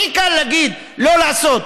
הכי קל להגיד: לא לעשות.